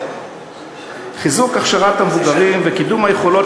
של חיזוק הכשרת המבוגרים וקידום היכולת